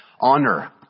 honor